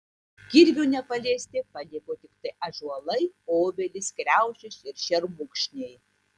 kirvio nepaliesti paliko tiktai ąžuolai obelys kriaušės ir šermukšniai